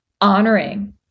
honoring